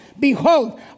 Behold